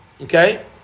Okay